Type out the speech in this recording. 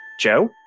Joe